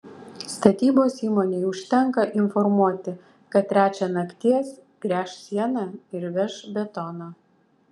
statybos įmonei užtenka informuoti kad trečią nakties gręš sieną ir veš betoną